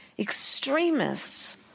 Extremists